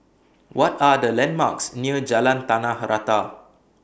What Are The landmarks near Jalan Tanah Rata